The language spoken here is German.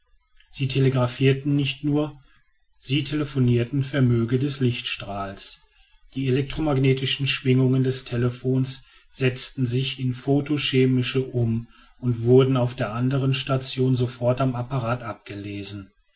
sie telegraphierten nicht nur sie telefonierten vermöge des lichtstrahls die elektromagnetischen schwingungen des telephons setzten sich in photochemische um und wurden auf der andern station sofort am apparat abgelesen